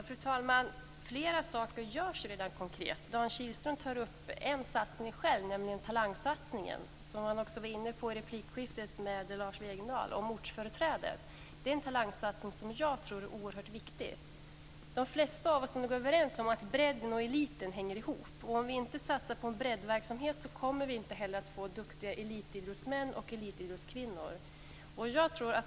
Fru talman! Flera saker görs redan konkret. Dan Kihlström tog upp en satsning själv, nämligen talangsatsningen. Han var också inne på den frågan i replikskiftet med Lars Wegendal, dvs. om ortsföreträde. Jag tror att den talangsatsningen är oerhört viktig. De flesta av oss är överens om att bredden och eliten hänger ihop. Om vi inte satsar på en breddverksamhet kommer vi inte att få duktiga elitidrottsmän och elitidrottskvinnor.